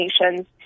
Nations